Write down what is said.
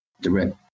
direct